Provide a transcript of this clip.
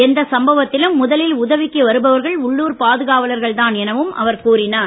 எந்த சம்பவத்திலும் முதலில் உதவிக்கு வருபவர் உள்ளூர் பாதுகாவலர் தான் என அவர் கூறினார்